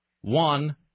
one